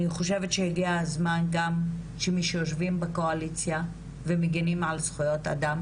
חושבת שהגיע הזמן גם שמי שיושבים בקואליציה ומגנים על זכויות אדם